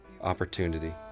Opportunity